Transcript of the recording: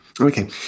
Okay